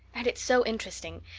and it's so interesting.